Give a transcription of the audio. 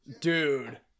Dude